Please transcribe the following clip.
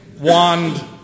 wand